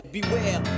Beware